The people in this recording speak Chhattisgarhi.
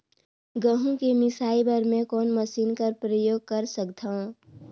गहूं के मिसाई बर मै कोन मशीन कर प्रयोग कर सकधव?